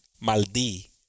Maldí